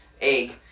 egg